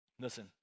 Listen